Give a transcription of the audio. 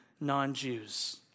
non-Jews